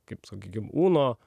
kaip sakykim uno